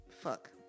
Fuck